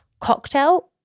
cocktail